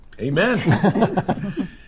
Amen